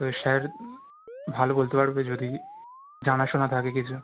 তো স্যার ভালো বলতে পারবে যদি জানা শোনা থাকে কিছু